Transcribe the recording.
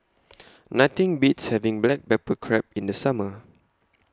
Nothing Beats having Black Pepper Crab in The Summer